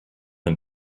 and